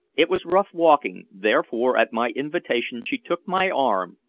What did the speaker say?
it was rough walking, therefore at my invitation she took my arm,